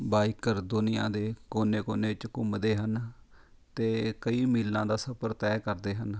biker ਦੁਨੀਆ ਦੇ ਕੋਨੇ ਕੋਨੇ ਵਿੱਚ ਘੁੰਮਦੇ ਹਨ ਅਤੇ ਕਈ ਮੀਲਾਂ ਦਾ ਸਫਰ ਤੈਅ ਕਰਦੇ ਹਨ